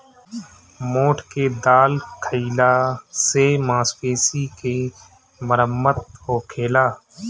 मोठ के दाल खाईला से मांसपेशी के मरम्मत होखेला